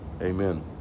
Amen